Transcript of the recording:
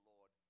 Lord